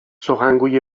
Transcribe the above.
سخنگوی